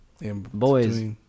boys